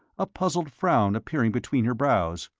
a puzzled frown appearing between her brows.